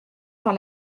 par